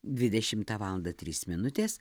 dvidešimtą valandą trys minutės